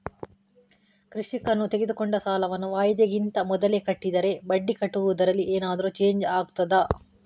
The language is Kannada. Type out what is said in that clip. ಕೃಷಿಕನು ತೆಗೆದುಕೊಂಡ ಸಾಲವನ್ನು ವಾಯಿದೆಗಿಂತ ಮೊದಲೇ ಕಟ್ಟಿದರೆ ಬಡ್ಡಿ ಕಟ್ಟುವುದರಲ್ಲಿ ಏನಾದರೂ ಚೇಂಜ್ ಆಗ್ತದಾ?